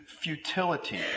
futility